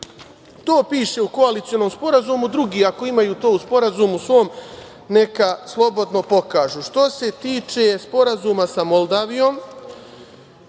piše u koalicionom sporazumu. Drugi ako imaju to u sporazumu svom neka slobodno pokažu. Što se tiče Sporazuma sa Moldavijom,